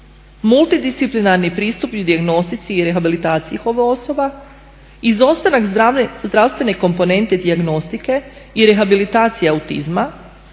multidisciplinarni pristup dijagnostici i rehabilitaciji ovih osoba, izostanak zdravstvene komponente dijagnostike i rehabilitacija autizma,